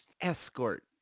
Escort